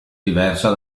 diversa